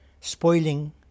spoiling